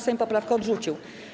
Sejm poprawkę odrzucił.